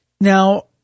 Now